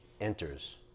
enters